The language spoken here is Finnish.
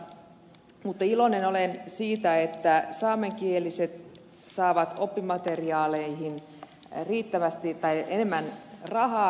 mutta iloinen olen siitä että saamenkieliset saavat oppimateriaaleihin enemmän rahaa